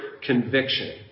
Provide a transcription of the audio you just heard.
conviction